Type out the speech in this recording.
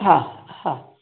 हा हा